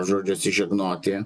žodžių atsižegnoti